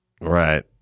Right